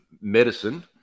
medicine